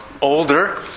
older